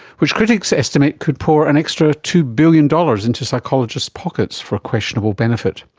which critics estimate could pour an extra two billion dollars into psychologists' pockets for questionable benefit.